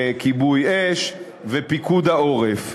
וכיבוי אש ופיקוד העורף.